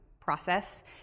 process